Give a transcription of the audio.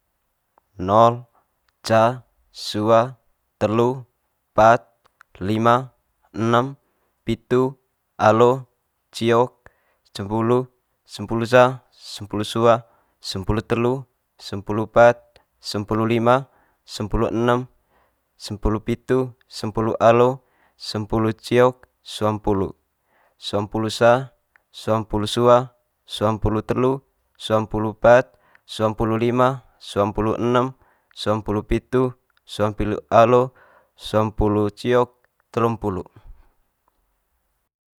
Nol ca sua telu pat lima enem pitu alo ciok cempulu. Sempulu sa sempulu sua sempulu telu sempulu pat sempulu lima sempulu enem sempulu pitu sempulu alo sempulu ciok suampulu. Suampulu sa suampulu sua suampulu telu suampulu pat suampulu lima suampulu enem suampulu pitu suampulu alo suampulu ciok telumpulu.